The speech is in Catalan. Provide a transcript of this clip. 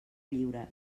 lliure